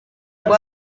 ngo